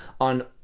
on